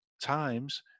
times